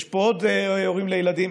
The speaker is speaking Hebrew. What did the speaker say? יש פה עוד הורים לילדים,